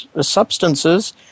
substances